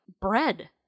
bread